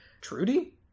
Trudy